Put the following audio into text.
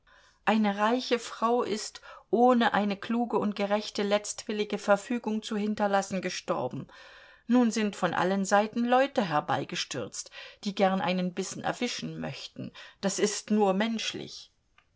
eine reiche frau ist ohne eine kluge und gerechte letztwillige verfügung zu hinterlassen gestorben nun sind von allen seiten leute herbeigestürzt die gern einen bissen erwischen möchten das ist nur menschlich